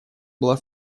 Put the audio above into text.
была